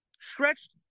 stretched